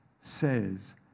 says